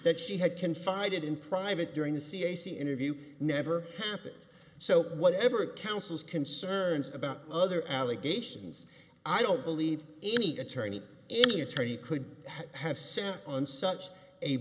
that she had confided in private during the cac interview never happened so whatever councils concerns about other allegations i don't believe any attorney any attorney could have sat on such a